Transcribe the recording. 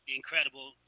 incredible